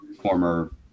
former